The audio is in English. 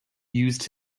used